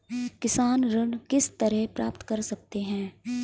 किसान ऋण किस तरह प्राप्त कर सकते हैं?